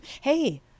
Hey